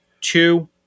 two